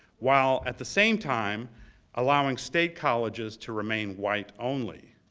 while at the same time allowing state colleges to remain white only.